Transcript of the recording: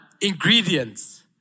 ingredients